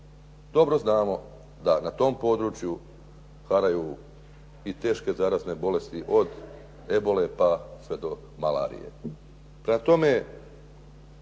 dobro znamo da na tom području haraju i teške zarazne bolesti od ebole pa sve do malarije.